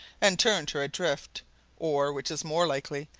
and turned her adrift or, which is more likely,